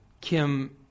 Kim